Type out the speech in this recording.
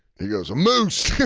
he goes, a moose!